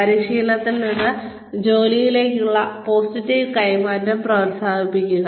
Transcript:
പരിശീലനത്തിൽ നിന്ന് ജോലിയിലേക്കുള്ള പോസിറ്റീവ് കൈമാറ്റം പ്രോത്സാഹിപ്പിക്കുക